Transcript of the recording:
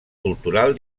cultural